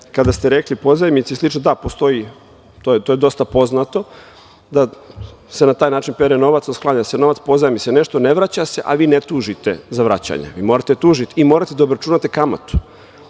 ste rekli – pozajmice i slično, da, postoji, to je dosta poznato da se na taj način pere novac, sklanja se novac, pozajmi se nešto, ne vraća se, a vi ne tužite za vraćanje. Vi morate da tužite i morate da obračunate kamatu.